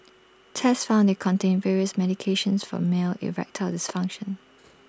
tests found they contained various medications for male erectile dysfunction